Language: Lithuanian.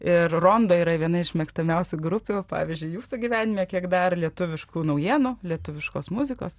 ir rondo yra viena iš mėgstamiausių grupių pavyzdžiui jūsų gyvenime kiek dar lietuviškų naujienų lietuviškos muzikos